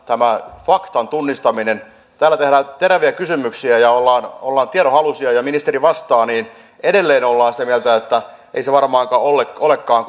tämä faktan tunnistaminen on käsittämätöntä kun täällä tehdään teräviä kysymyksiä ja ollaan ollaan tiedonhaluisia ja ministeri vastaa niin edelleen ollaan sitä mieltä että ei se varmaankaan olekaan